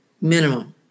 minimum